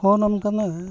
ᱟᱢ ᱠᱟᱱᱟ